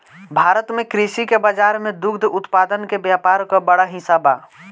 भारत में कृषि के बाजार में दुग्ध उत्पादन के व्यापार क बड़ा हिस्सा बा